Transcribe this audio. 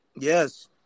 Yes